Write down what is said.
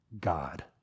God